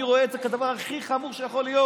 אני רואה את זה כדבר הכי חמור שיכול להיות.